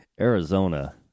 Arizona